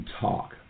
talk